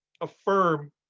affirm